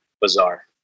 bizarre